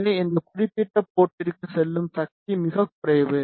எனவே அந்த குறிப்பிட்ட போர்ட்டிற்கு செல்லும் சக்தி மிகக் குறைவு